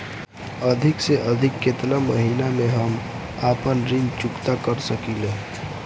अधिक से अधिक केतना महीना में हम आपन ऋण चुकता कर सकी ले?